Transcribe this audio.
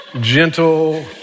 gentle